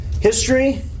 history